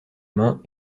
mains